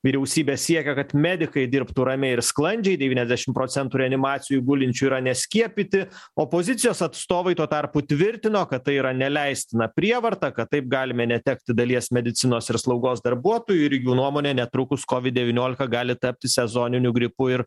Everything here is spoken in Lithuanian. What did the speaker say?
vyriausybė siekia kad medikai dirbtų ramiai ir sklandžiai devyniasdešim procentų reanimacijoj gulinčių yra neskiepyti opozicijos atstovai tuo tarpu tvirtino kad tai yra neleistina prievarta kad taip galime netekti dalies medicinos ir slaugos darbuotojų ir jų nuomone netrukus kovid devyniolika gali tapti sezoniniu gripu ir